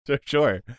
Sure